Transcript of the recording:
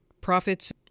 profits